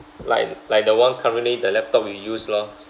like like the one currently the laptop you use lor